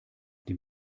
dem